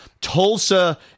Tulsa